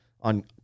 on